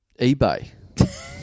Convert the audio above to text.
ebay